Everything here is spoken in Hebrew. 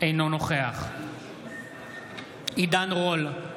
אינו נוכח עידן רול,